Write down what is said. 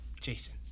Jason